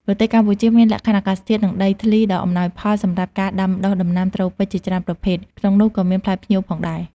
ប្រទេសកម្ពុជាមានលក្ខខណ្ឌអាកាសធាតុ និងដីធ្លីដ៏អំណោយផលសម្រាប់ការដាំដុះដំណាំត្រូពិចជាច្រើនប្រភេទ ក្នុងនោះក៏មានផ្លែផ្ញៀវផងដែរ។